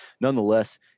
nonetheless